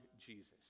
jesus